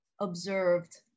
Observed